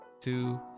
two